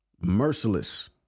merciless